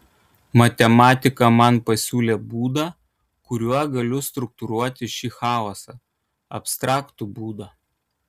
matematika man pasiūlė būdą kuriuo galiu struktūruoti šį chaosą abstraktų būdą